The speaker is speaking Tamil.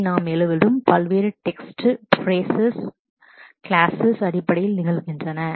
இவை நாம் எழுதும் பல்வேறு text text phrases phrases clauses clauses அடிப்படையில் நிகழ்கின்றன